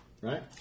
right